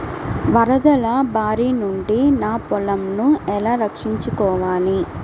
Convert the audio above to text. వరదల భారి నుండి నా పొలంను ఎలా రక్షించుకోవాలి?